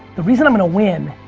the reason i'm gonna win,